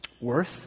worth